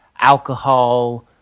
alcohol